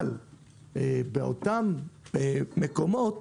באותם מקומות,